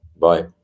Bye